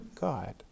God